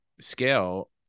scale